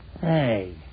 Hey